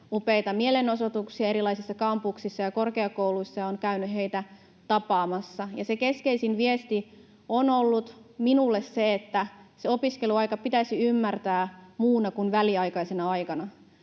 upeita mielenosoituksia eri kampuksilla ja korkeakouluissa, ja olen käynyt heitä tapaamassa. Se keskeisin viesti minulle on ollut, että opiskeluaika pitäisi ymmärtää muuna kuin väliaikaisena aikana.